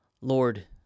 Lord